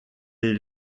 des